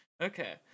Okay